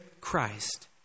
Christ